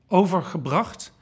overgebracht